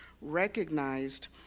recognized